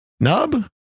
Nub